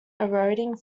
eroding